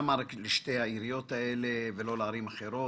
למה רק לשתי העיריות האלו ולא לערים אחרות?